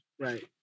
right